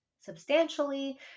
substantially